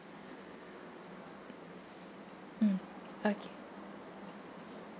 mm okay